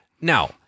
now